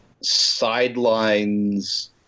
sidelines